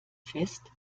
fest